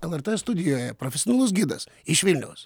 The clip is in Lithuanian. lrt studijoje profesionalus gidas iš vilniaus